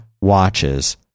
Watches